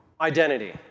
identity